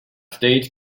states